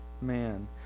man